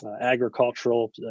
agricultural